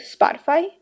Spotify